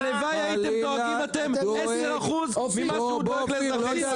הלוואי שהייתם דואגים 10% ממה שהוא דואג לאזרחים.